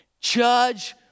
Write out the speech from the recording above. judge